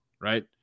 right